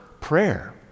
prayer